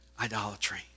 idolatry